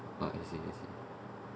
oh I see I see